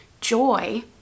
joy